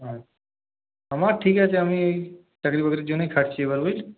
হ্যাঁ আমার ঠিক আছে আমি এই চাকর বাকরির জন্যই খাটছি এবার বুঝলি